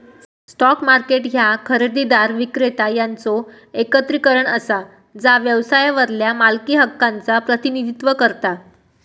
stock market ह्या खरेदीदार, विक्रेता यांचो एकत्रीकरण असा जा व्यवसायावरल्या मालकी हक्कांचा प्रतिनिधित्व करता